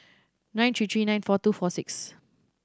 nine three three nine four two four six